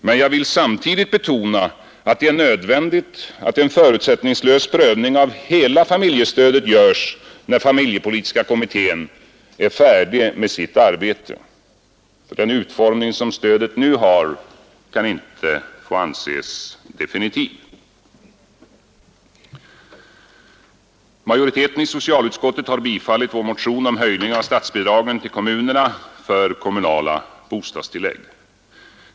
Men jag vill samtidigt betona att det är nödvändigt att en förutsättningslös prövning av hela familjestödet görs när familjepolitiska kommittén är färdig med sitt arbete. Den utformning som stödet nu har får inte anses definitiv. Majoriteten i socialutskottet har tillstyrkt vår motion om höjning av statsbidragen till kommunerna för kommunala bostadstillägg.